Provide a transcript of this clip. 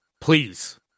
please